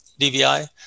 DVI